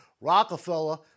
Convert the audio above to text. Rockefeller